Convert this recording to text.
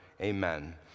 Amen